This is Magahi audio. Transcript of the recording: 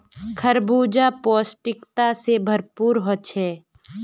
खरबूजा पौष्टिकता से भरपूर होछे